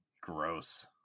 gross